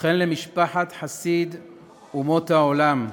וכן למשפחת חסיד אומות העולם,